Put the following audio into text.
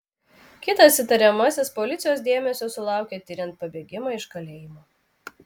kitas įtariamasis policijos dėmesio sulaukė tiriant pabėgimą iš kalėjimo